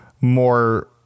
more